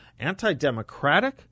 Anti-democratic